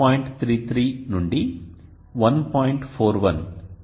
33 నుండి 1